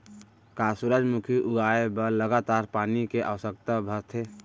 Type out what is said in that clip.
का सूरजमुखी उगाए बर लगातार पानी के आवश्यकता भरथे?